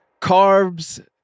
carbs